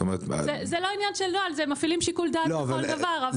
זה לא עניין, מפעילים שיקול דעת בכל דבר.